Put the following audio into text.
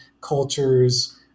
cultures